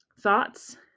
thoughts